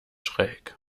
schräg